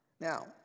Now